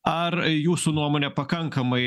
ar jūsų nuomone pakankamai